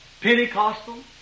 Pentecostal